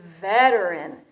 veteran